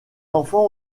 enfants